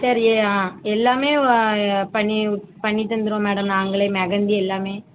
சரி ஆ எல்லாம் பண்ணி பண்ணி தந்துடுவோம் மேடம் நாங்களே மெகந்தி எல்லாம்